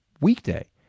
weekday